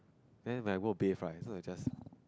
then when I walk bath right so I just